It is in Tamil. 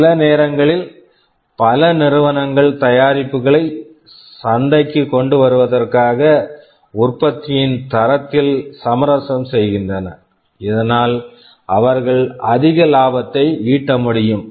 சில நேரங்களில் பல நிறுவனங்கள் தயாரிப்புகளை சந்தைக்கு கொண்டு வருவதற்காக உற்பத்தியின் தரத்தில் சமரசம் செய்கின்றன இதனால் அவர்கள் அதிக லாபத்தை ஈட்ட முடியும்